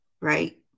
right